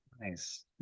Nice